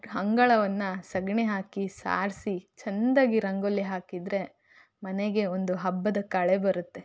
ಅಂಗಳವನ್ನು ಸಗಣಿ ಹಾಕಿ ಸಾರಿಸಿ ಚಂದಾಗಿ ರಂಗೋಲಿ ಹಾಕಿದರೆ ಮನೆಗೆ ಒಂದು ಹಬ್ಬದ ಕಳೆ ಬರುತ್ತೆ